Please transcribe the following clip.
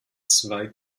zwei